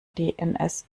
dns